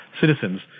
citizens